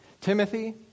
Timothy